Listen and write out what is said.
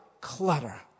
clutter